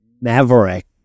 maverick